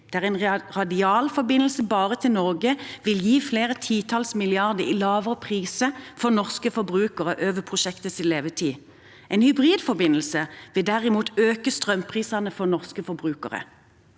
en radial forbindelse bare til Norge vil gi flere titalls milliarder i lavere priser for norske forbrukere over prosjektets levetid. En hybridforbindelse vil derimot øke strømprisene for norske forbrukere.